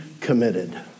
committed